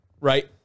right